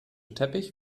teppich